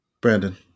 Brandon